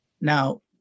now